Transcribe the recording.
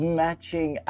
matching